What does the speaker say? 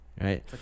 right